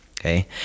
okay